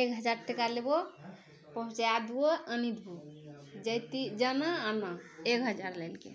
एक हजार टाका लेबौ पहुँचाइ देबौ आनि देबौ जैति जाना आना एक हजार लेलकै